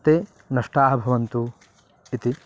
ते नष्टाः भवन्तु इति